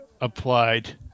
applied